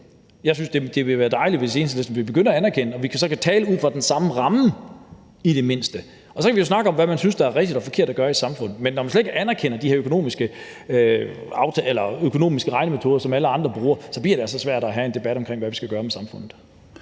Jeg synes, det ville være dejligt, hvis Enhedslisten ville begynde at anerkende det, så vi i det mindste kunne tale ud fra den samme ramme. Og så kan vi jo snakke om, hvad vi synes der er rigtigt og forkert at gøre i samfundet, men når man slet ikke anerkender de her økonomiske regnemetoder, som alle andre bruger, så bliver det altså svært at have en debat om, hvad vi skal gøre med samfundet.